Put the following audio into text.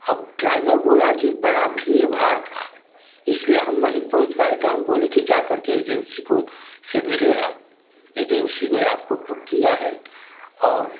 अब ड्राइवर बोला कि बड़ा भीड़भाड़ था इसलिए हम नहीं पहुँच पाए तो हम बोले कि जा करके एजेंसी को से मिलें आप एजेंसी ने आपको बुक किया है और